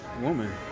woman